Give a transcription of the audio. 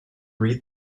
read